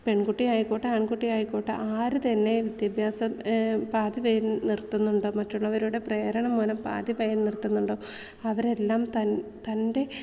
പെൺകുട്ടിയായിക്കോട്ടെ ആൺകുട്ടിയായിക്കോട്ടെ ആരു തന്നെ വിദ്യാഭ്യാസം പാതിവഴിയിൽ നിർത്തുന്നുണ്ടൊ മറ്റുള്ളവരുടെ പ്രേരണമൂലം പാതിവഴിയിൽ നിർത്തുന്നുണ്ടോ അവരെല്ലാം തൻ തൻ്റെ